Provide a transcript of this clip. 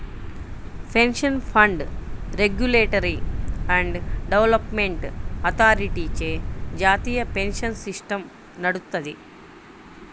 pension fund regulatory and development అథారిటీచే జాతీయ pension system నడుత్తది